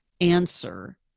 answer